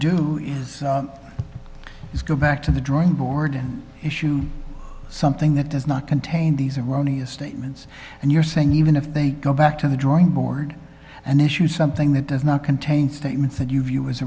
do is go back to the drawing board and issue something that does not contain these erroneous statements and you're saying even if they go back to the drawing board and issue something that does not contain statements that you